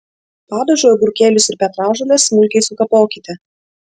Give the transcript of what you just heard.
padažui agurkėlius ir petražoles smulkiai sukapokite